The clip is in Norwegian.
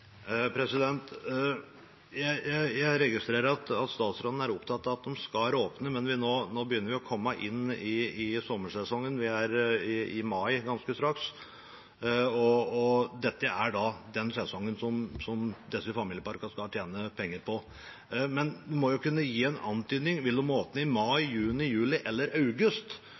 Jeg registrerer at statsråden er opptatt av at de skal åpne, men nå begynner vi å komme inn i sommersesongen; vi er i mai ganske straks, og dette er den sesongen som disse familieparkene skal tjene penger på. En må vel kunne gi en antydning – vil de åpne i mai, juni, juli eller august?